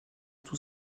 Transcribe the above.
tout